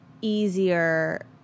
easier